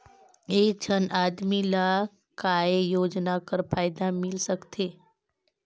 एक झन आदमी ला काय योजना कर फायदा मिल सकथे?